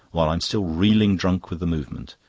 while i'm still reeling drunk with the movement,